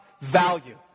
value